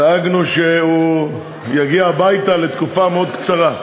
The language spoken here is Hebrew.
דאגנו שהוא יגיע הביתה לתקופה מאוד קצרה.